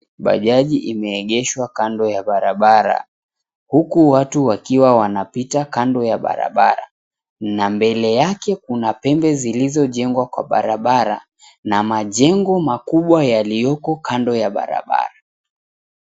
Bajaji imeegeshwa kando ya barabara, huku watu wakiwa wanapita kando ya barabara na mbele yake kuna pembe zilizojengwa kwa barabara na majengo makubwa yaliyoko kando ya barabara.